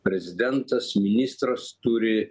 prezidentas ministras turi